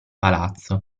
palazzo